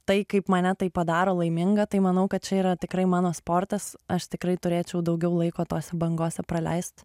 tai kaip mane tai padaro laimingą tai manau kad čia yra tikrai mano sportas aš tikrai turėčiau daugiau laiko tose bangose praleist